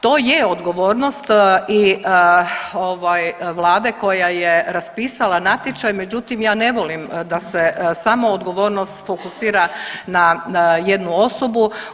To je odgovornost i ovaj vlade koja je raspisala natječaj međutim ja ne volimo da se samo odgovornost fokusira na jednu osobu.